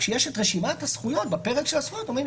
כשיש את רשימת הזכויות בפרק של הזכויות אומרים,